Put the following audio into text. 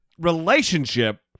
relationship